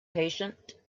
patient